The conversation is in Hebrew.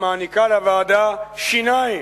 המעניקה לוועדה שיניים,